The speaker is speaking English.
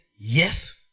Yes